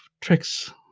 tricks